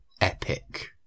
epic